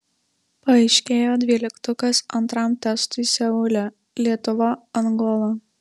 paaiškėjo dvyliktukas antram testui seule lietuva angola